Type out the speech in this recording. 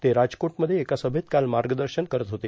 ते राजकोटमध्ये एका सभेत काल मार्गदर्शन करत होते